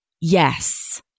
Yes